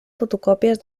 fotocòpies